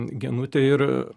genutė ir